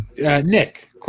Nick